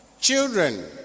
children